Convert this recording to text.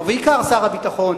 ובעיקר שר הביטחון,